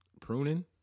pruning